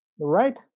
right